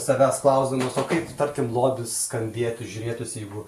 savęs klausdamas o kaip tarkim lobis skambėtų žiūrėtųsi jeigu